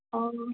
अ